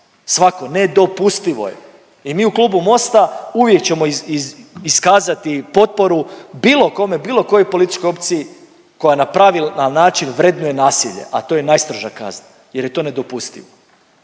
svako, nedopustivo je. I mi u klubu Mosta uvijek ćemo iskazati potporu bilo kome, bilo kojoj političkoj opciji koja na pravilan način vrednuje nasilje, a to je najstroža kazna jer je to nedopustivo.